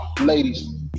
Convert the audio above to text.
ladies